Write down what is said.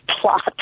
plot